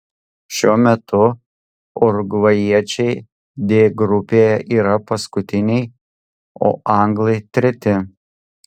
šiuo metu urugvajiečiai d grupėje yra paskutiniai o anglai treti